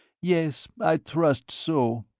yes, i trust so.